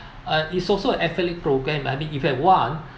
uh it's also eth~ programme I mean if I want